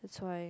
so I